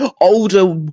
older